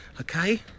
Okay